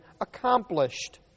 accomplished